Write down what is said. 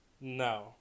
No